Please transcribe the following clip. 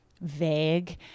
vague